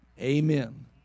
Amen